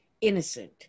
Innocent